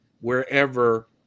wherever